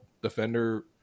Defender